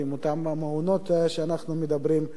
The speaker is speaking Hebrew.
אותם המעונות שאנחנו מדברים,